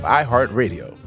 iHeartRadio